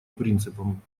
принципам